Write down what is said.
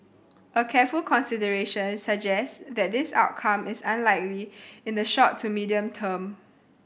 a careful consideration suggest that this outcome is unlikely in the short to medium term